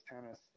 tennis